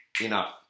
enough